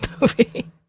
movie